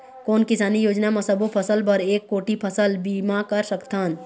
कोन किसानी योजना म सबों फ़सल बर एक कोठी फ़सल बीमा कर सकथन?